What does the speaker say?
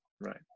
Right